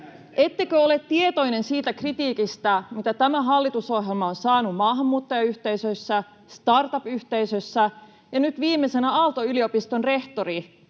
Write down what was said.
Ettekö ole tietoinen siitä kritiikistä, mitä tämä hallitusohjelma on saanut maahanmuuttajayhteisöissä, startup-yhteisöissä? Nyt viimeisenä Aalto-yliopiston rehtori